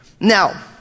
Now